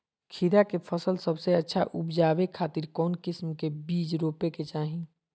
खीरा के फसल सबसे अच्छा उबजावे खातिर कौन किस्म के बीज रोपे के चाही?